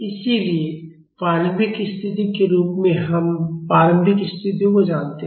इसलिए प्रारंभिक स्थिति के रूप में हम प्रारंभिक स्थितियों को जानते हैं